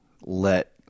let